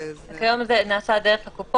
זה נעשה כיום בדרך כלל דרך קופות.